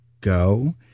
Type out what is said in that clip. go